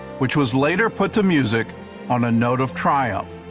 which was later put to music on a note of triumph.